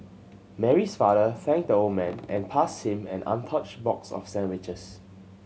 Mary's father thanked the old man and passed him an untouched box of sandwiches